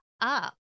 up